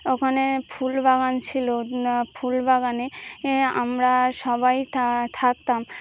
ওখানে ফুল বাগান ছিলো ফুল বাগানে আমরা সবাই থা থাকতাম